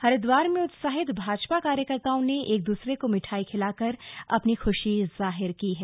हरिद्वार में उत्साहित भाजपा कार्यकर्ताओं ने एक दूसरे को मिठाई खिलाकर अपनी खुशी जाहिर की है